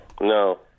No